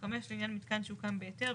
(5) לעניין מיתקן שהוקם בהיתר,